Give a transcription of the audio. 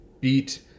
beat